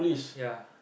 ya